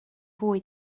fwy